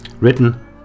Written